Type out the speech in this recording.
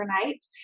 overnight